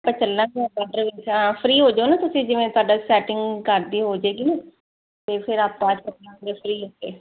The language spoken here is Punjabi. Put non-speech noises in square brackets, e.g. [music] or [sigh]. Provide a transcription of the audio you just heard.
ਆਪਾਂ ਚੱਲਾਂਗੇ [unintelligible] ਹਾਂ ਫਰੀ ਹੋ ਜਾਓ ਨਾ ਤੁਸੀਂ ਜਿਵੇਂ ਤੁਹਾਡਾ ਸੈਟਿੰਗ ਘਰ ਦੀ ਹੋ ਜਾਏਗੀ ਨਾ ਤਾਂ ਫਿਰ ਆਪਾਂ ਚੱਲਾਂਗੇ ਫਰੀ ਹੋ ਕੇ